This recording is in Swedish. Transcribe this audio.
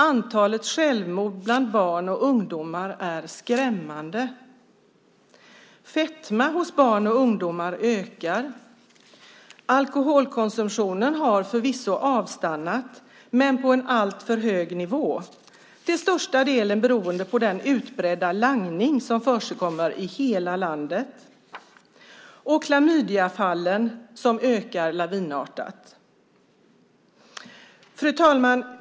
Antalet självmord bland barn och ungdomar är skrämmande. Fetma hos barn och ungdomar ökar. Alkoholkonsumtionen har förvisso avstannat men på en alltför hög nivå, till största delen beroende på den utbredda langning som försiggår i hela landet. Klamydiafallen ökar lavinartat. Fru talman!